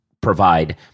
provide